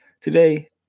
today